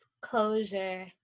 closure